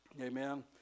Amen